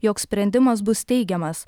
jog sprendimas bus teigiamas